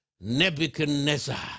Nebuchadnezzar